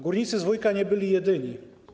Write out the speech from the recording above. Górnicy z Wujka nie byli jedyni.